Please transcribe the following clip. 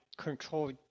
control